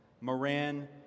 Moran